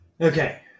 Okay